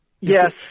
Yes